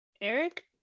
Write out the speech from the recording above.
Eric